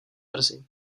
brzy